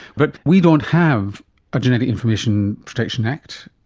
but we don't have a genetic information protection act.